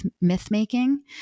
myth-making